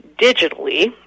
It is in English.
digitally